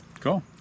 Cool